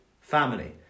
family